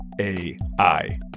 AI